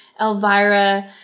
Elvira